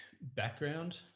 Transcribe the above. background